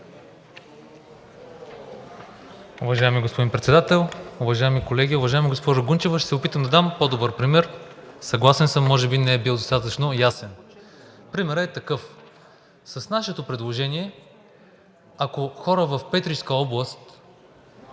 Уважаеми господин Председател, уважаеми колеги, уважаема госпожо Гунчева, ще се опитам да дам по-добър пример, съгласен съм, може би не е бил достатъчно ясен. Примерът е такъв. С нашето предложение, ако хора в Петричка област